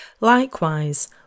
Likewise